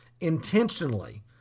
intentionally